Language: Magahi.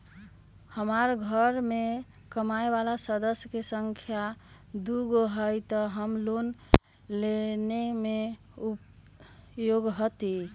हमार घर मैं कमाए वाला सदस्य की संख्या दुगो हाई त हम लोन लेने में योग्य हती?